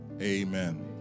amen